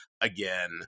again